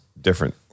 different